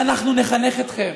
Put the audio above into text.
ואנחנו נחנך אתכם.